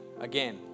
again